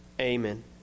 Amen